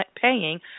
paying